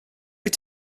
wyt